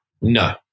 no